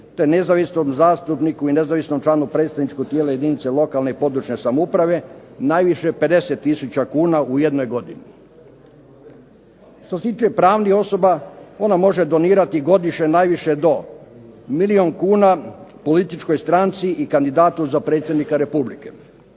te nezavisnom zastupniku i nezavisnom člana predstavničkog tijela jedinica lokalne i područne samouprave najviše 50 tisuća kuna u jednoj godini. Što se tiče pravnih osoba ona može donirati godišnje najviše do milijun kuna političkoj stranci i kandidatu za predsjednika Republike.